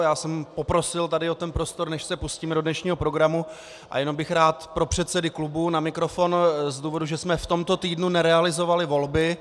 Já jsem poprosil tady o prostor, než se pustíme do dnešního programu, a jenom bych rád pro předsedy klubů na mikrofon z důvodu, že jsme v tomto týdnu nerealizovali volby.